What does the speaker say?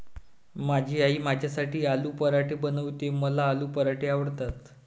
माझी आई माझ्यासाठी आलू पराठे बनवते, मला आलू पराठे आवडतात